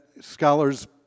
scholars